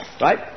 right